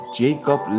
jacob